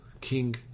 king